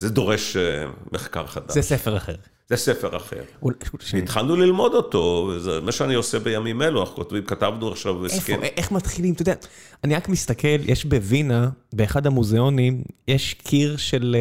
זה דורש מחקר חדש. זה ספר אחר. זה ספר אחר. שהתחלנו ללמוד אותו, וזה מה שאני עושה בימים אלו, אנחנו כותבים, כתבנו עכשיו, ומסכימים. איך מתחילים? אתה יודע, אני רק מסתכל, יש בווינה, באחד המוזיאונים, יש קיר של